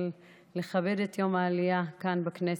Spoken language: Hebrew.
לכבד את יום העלייה כאן בכנסת,